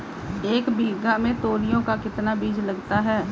एक बीघा में तोरियां का कितना बीज लगता है?